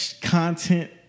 content